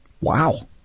Wow